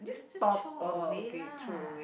then just throw away lah